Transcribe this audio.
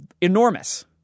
enormous